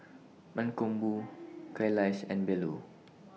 Mankombu Kailash and Bellur